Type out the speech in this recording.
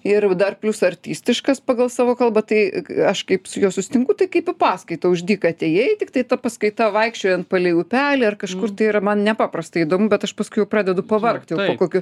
ir dar plius artistiškas pagal savo kalbą tai aš kaip su juo susitinku tai kaip į paskaitą už dyką atėjai tiktai ta paskaita vaikščiojant palei upelį ar kažkur tai yra man nepaprastai įdomu bet aš paskui jau pradedu pavargt jau po kokių